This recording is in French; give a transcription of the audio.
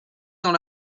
dans